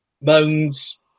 moans